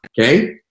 okay